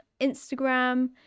Instagram